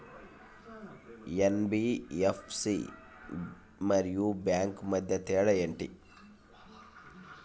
NBFC మరియు bank మధ్య తేడా ఏమిటి?